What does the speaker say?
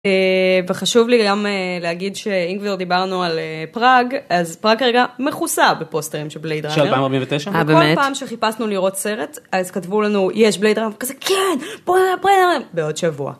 וחשוב לי גם להגיד שאם כבר דיברנו על פראג, אז פראג כרגע מכוסה בפוסטרים של בלייד ריינר, כל פעם שחיפשנו לראות סרט, אז כתבו לנו יש בלייד ריינר וכזה כן! בואי נראה בלייד ריינר! בעוד שבוע.